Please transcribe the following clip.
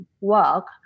work